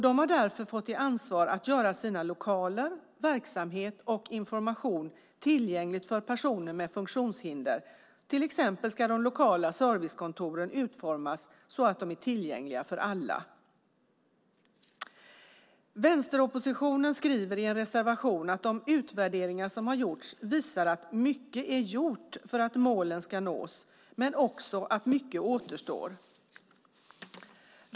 De har därför fått i ansvar att göra sina lokaler, sin verksamhet och sin information tillgänglig för personer med funktionshinder. Till exempel ska de lokala servicekontoren utformas så att de är tillgängliga för alla. Vänsteroppositionen skriver i en reservation att de utvärderingar som har gjorts visar att mycket är gjort för att målen ska nås men att också mycket återstår.